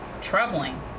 troubling